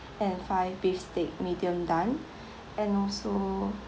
and five beef steak medium done and also